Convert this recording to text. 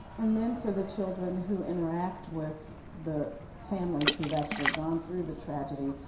and then for the children who interact with the families who have actually gone through the tragedies,